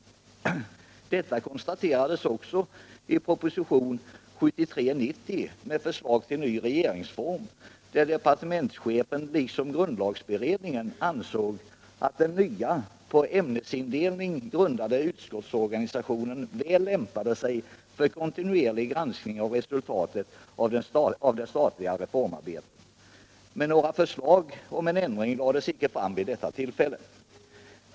Att dessa möjligheter finns konstaterades också i propositionen 1973:90 med förslag till ny regeringsform, där departementschefen liksom grundlagberedningen ansåg att den nya, på ämnesindelning grundade utskottsorganisationen väl lämpade sig för kontinuerlig granskning av resultatet av det statliga reformarbetet. Några förslag om en ändring lades emellertid icke fram vid detta tillfälle.